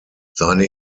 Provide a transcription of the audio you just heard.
seine